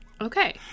Okay